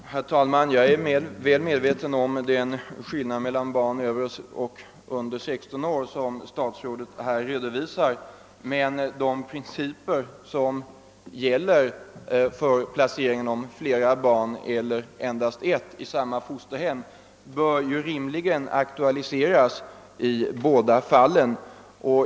Herr talman! Jag är väl medveten om den skillnad mellan barn över och under 16 år som statsrådet här redovisar. Men de principer som gäller angående placeringen av flera barn eller endast ett i samma fosterhem bör rimligen aktualiseras i båda fallen.